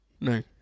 no